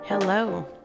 Hello